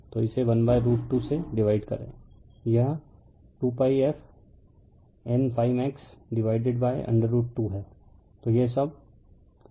तो इसे 1√2 से डिवाइड करें यह 2 pi f N∅ max divided by √2 है